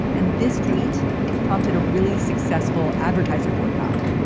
and this tweet prompted a really successful advertiser boycott.